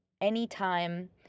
anytime